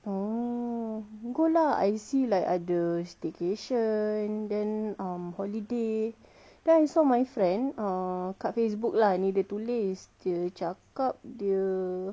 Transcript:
oh go lah I see like ada staycation then um holiday then I saw my friend kat facebook lah dia tulis dia cakap dia